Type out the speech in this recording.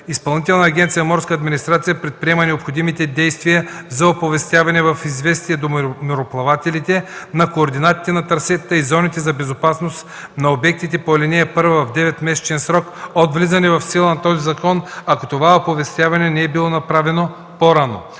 Изпълнителна агенция „Морска администрация” предприема необходимите действия за оповестяване в „Известие до мореплавателите” на координатите на трасетата и зоните за безопасност на обектите по ал. 1 в деветмесечен срок от влизане в сила на този закон, ако такова оповестяване не е било направено по-рано.